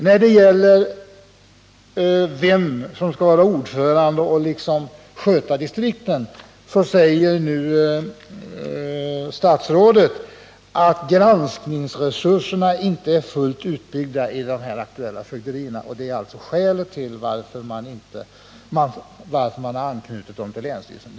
När det gäller vem som skall vara ordförande och liksom sköta distrikten säger nu statsrådet att granskningsresurserna i de aktuella fögderierna inte är fullt utbyggda. Detta är alltså skälet till att man har knutit dem till länsstyrelsen.